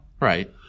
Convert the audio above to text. Right